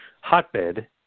hotbed